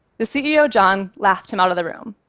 the ceo john laughed him out of the room,